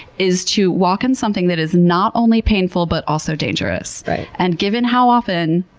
is to walk in something that is not only painful, but also dangerous? and given how often,